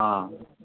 ହଁ